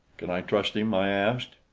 can i trust him? i asked.